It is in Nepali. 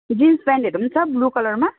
जिन्स प्यान्टहरू पनि छ ब्लु कलरमा